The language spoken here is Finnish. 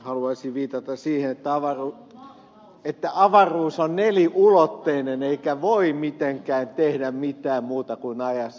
haluaisin viitata siihen että avaruus on neliulotteinen eikä voi mitenkään tehdä mitään muuta kuin ajassa